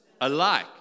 alike